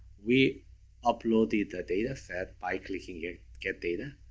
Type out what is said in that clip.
we uploaded data set by clicking here, get data.